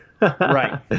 Right